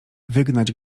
wygnać